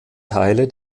teile